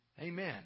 Amen